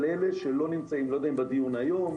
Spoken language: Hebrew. אלה שלא נמצאים אני לא יודע אם בדיון היום,